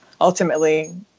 ultimately